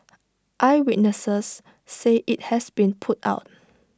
eyewitnesses say IT has been put out